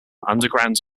underground